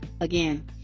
again